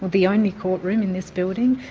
the only court room in this building,